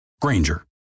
Granger